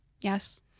Yes